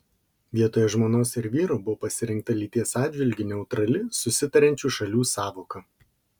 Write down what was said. vietoje žmonos ir vyro buvo pasirinkta lyties atžvilgiu neutrali susitariančių šalių sąvoka